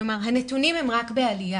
כלומר הנתונים הם רק בעלייה.